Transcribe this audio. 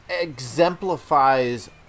exemplifies